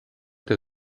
der